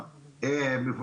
זאת